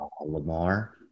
Lamar